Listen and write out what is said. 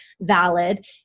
valid